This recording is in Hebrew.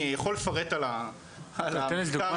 אני יכול --- תן כדוגמא,